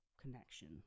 connection